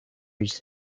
his